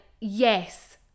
yes